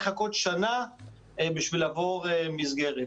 אלא צריך לחכות שנה כדי לעבור מסגרת.